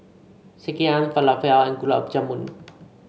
Sekihan Falafel and Gulab Jamun